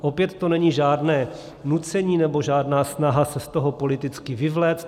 Opět to není žádné nucení nebo žádná snaha se z toho politicky vyvléct.